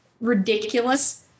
ridiculous